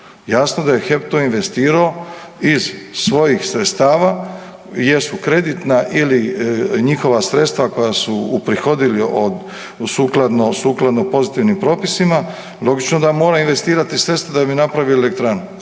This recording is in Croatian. Jasno da je HEP to investirao iz svojih sredstava jer su kreditna ili njihova sredstva koja su uprihodili od, sukladno sukladno pozitivnim propisima, logično da mora investirati sredstva da bi napravili elektranu.